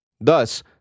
Thus